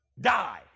die